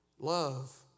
Love